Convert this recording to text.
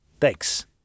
Thanks